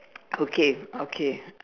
okay okay